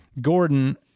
Gordon